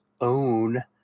own